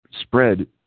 spread